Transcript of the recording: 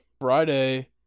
Friday